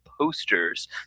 posters